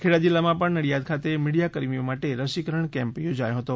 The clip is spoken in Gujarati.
ખેડા જિલ્લામાં નડિયાદ ખાતે મીડિયા કર્મીઓ માટે રસીકરણ કેમ્પ યોજાયો હતો